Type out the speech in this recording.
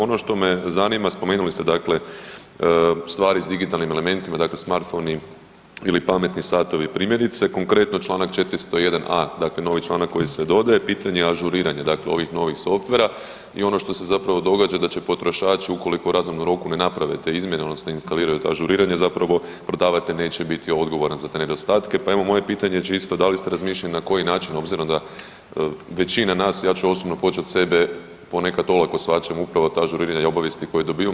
Ono što me zanima, spomenuli ste, dakle, stvari s digitalnim elementima, dakle smartfoni ili pametni satovi, primjerice, konkretno čl. 401a, dakle novi članak koji se dodaje, pitanje ažuriranja dakle ovih novih softvera i ono što se zapravo događa da će potrošači, ukoliko u razumnom roku ne naprave te izmjene, odnosno instaliraju ta ažuriranja, zapravo, prodavatelj neće biti odgovoran za te nedostatke, a evo, moje pitanje je čisto, da li ste razmišljali na koji način, obzirom da većina nas, ja ću osobno poći od sebe, ponekad olako shvaćam upravo za ažuriranja, obavijesti koje dobivamo.